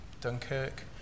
Dunkirk